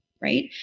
Right